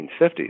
1950s